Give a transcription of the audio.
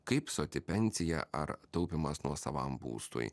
kaip soti pensija ar taupymas nuosavam būstui